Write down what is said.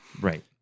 Right